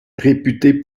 réputée